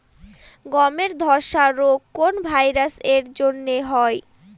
গমের ধসা রোগ কোন ভাইরাস এর জন্য হয়?